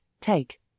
take